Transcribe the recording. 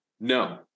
No